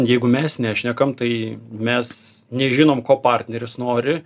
jeigu mes nešnekam tai mes nežinom ko partneris nori